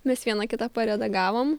mes viena kitą paredagavom